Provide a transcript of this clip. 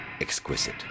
exquisite